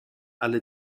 alle